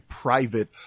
private